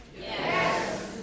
Yes